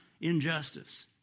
injustice